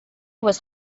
was